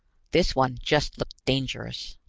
this one just looked dangerous.